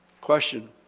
Question